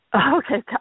Okay